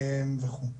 וכו'.